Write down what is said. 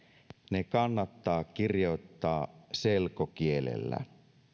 ne kannattaa kirjoittaa selkokielellä